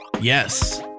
yes